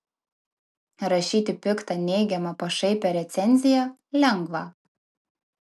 rašyti piktą neigiamą pašaipią recenziją lengva